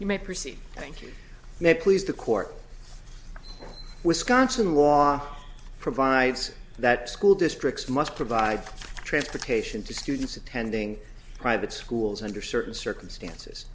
you may proceed thank you may please the court wisconsin law provides that school districts must provide transportation to students attending private schools under certain circumstances